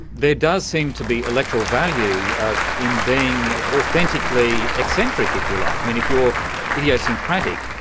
there does seem to be electoral value ah in being authentically eccentric, if you like. i mean, if you're idiosyncratic,